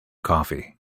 coffee